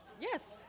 Yes